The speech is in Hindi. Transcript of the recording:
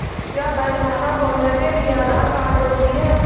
क्या बैंक खाता खोलने के लिए आधार कार्ड जरूरी है?